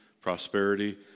prosperity